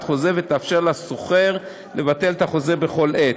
חוזה ותאפשר לשוכר לבטל את החוזה בכל עת.